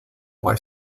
why